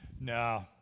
No